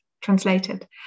translated